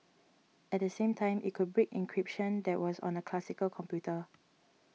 at the same time it could break encryption that was on a classical computer